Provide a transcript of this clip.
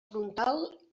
frontal